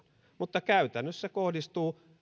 mutta käytännössä